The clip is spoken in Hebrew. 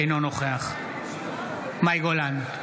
אינו נוכח מאי גולן,